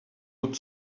would